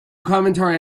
commentary